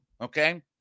Okay